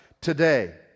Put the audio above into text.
today